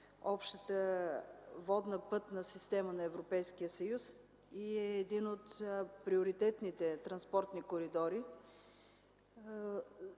общата водна пътна система на Европейския съюз и е един от приоритетните транспортни коридори.